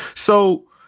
so,